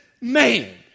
man